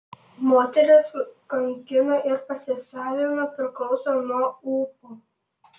moteris kankina ar pasisavina priklauso nuo ūpo